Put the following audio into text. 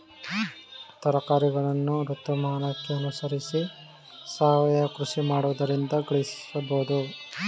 ತರಕಾರಿಗಳನ್ನು ಋತುಮಾನಕ್ಕೆ ಅನುಸರಿಸಿ ಸಾವಯವ ಕೃಷಿ ಮಾಡುವುದರಿಂದ ಗಳಿಸಬೋದು